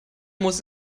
muss